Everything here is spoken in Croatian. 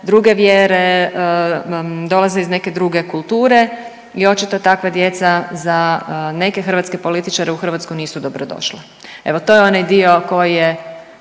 druge vjere, dolaze iz neke druge kulture i očito takva djeca za neke hrvatske političare u Hrvatsku nisu dobrodošla. Evo to je onaj dio koji je